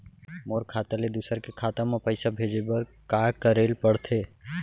मोर खाता ले दूसर के खाता म पइसा भेजे बर का करेल पढ़थे?